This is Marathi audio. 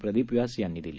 प्रदीप व्यास यांनी दिली